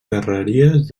darreries